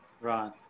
Right